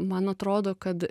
man atrodo kad